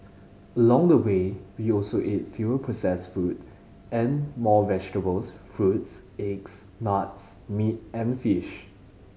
along the way we also ate fewer processed food and more vegetables fruits eggs nuts meat and fish